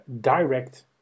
direct